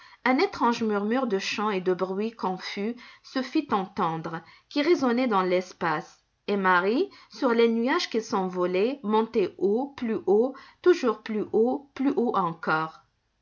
un étrange murmure de chants et de bruits confus se fit entendre qui résonnait dans l'espace et marie sur les nuages qui s'envolaient montait haut plus haut toujours plus haut plus haut encore